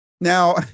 Now